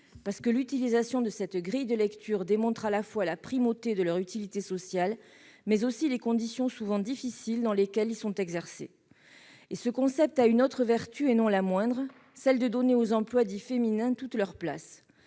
parce que l'utilisation de cette grille de lecture démontre à la fois la primauté de leur utilité sociale, mais aussi les conditions souvent difficiles dans lesquelles ils sont exercés. Ce concept a une autre vertu, et non des moindres, celle de donner toute leur place